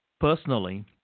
personally